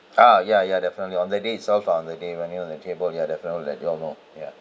ah ya ya definitely on the day itself on the day running on the table ya definitely will let you all know ya